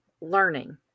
learning